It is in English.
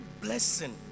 blessing